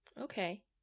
Okay